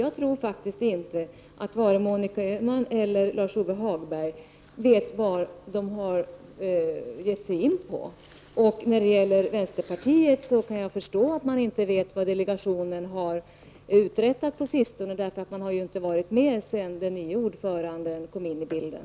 Jag tror faktiskt inte att vare sig Monica Öhman eller Lars-Ove Hagberg vet vad de talar om. Jag kan förstå att vänsterpartiet inte vet vad delegationen har uträttat på sistone, eftersom man inte har varit med sedan nye ordföranden kom in i bilden.